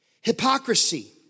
Hypocrisy